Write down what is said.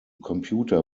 computer